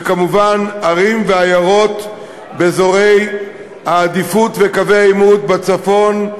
וכמובן ערים ועיירות באזורי העדיפות וקווי העימות בצפון,